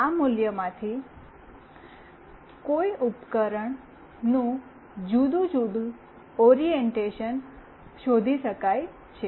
તેથી આ મૂલ્યમાંથી કોઈ ઉપકરણનું જુદું જુદું ઓરિએંટશન શોધી શકાય છે